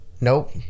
nope